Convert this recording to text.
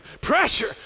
Pressure